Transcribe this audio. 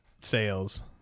sales